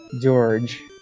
George